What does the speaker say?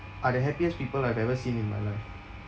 are the happiest people I've ever seen in my life